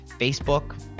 Facebook